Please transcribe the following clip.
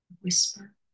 Whisper